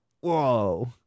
Whoa